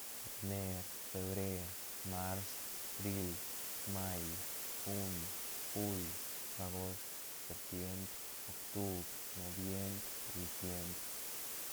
Ener, febrer, mars, bríl, may, juni, juul, agost, septiembr, octubr, noviembr, diciembre.